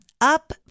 Up